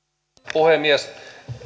puhemies